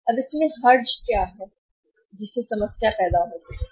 अब इसमें क्या हर्ज है जिससे समस्या पैदा हो सकती है